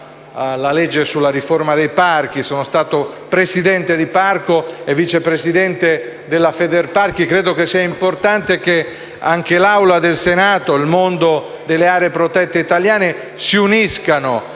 legge sulla riforma dei parchi, sono stato presidente di parco e vice presidente della Federparchi. Credo sia importante che l'Assemblea del Senato e il mondo delle aree protette italiane si uniscano